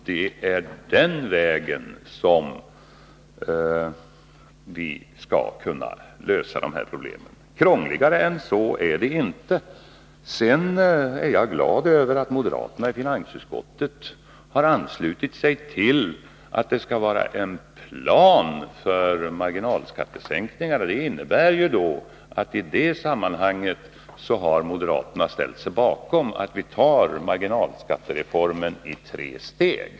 Det är så vi skall kunna lösa problemen. Krångligare än så är det inte. Jag är glad över att moderaterna i finansutskottet har anslutit sig till uppfattningen att det skall finnas en plan för marginalskattesänkningen. Det innebär att moderaterna i det sammanhanget ställt sig bakom uppfattningen att vi skall genomföra marginalskattereformen i tre steg.